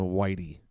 Whitey